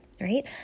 right